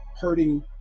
hurting